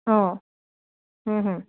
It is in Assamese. অঁ